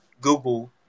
Google